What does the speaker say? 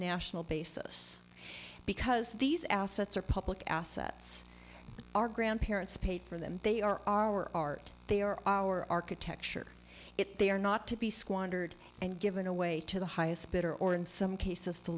national basis because these assets are public assets our grandparents paid for them they are our art they are our architecture if they are not to be squandered and given away to the highest bidder or in some cases the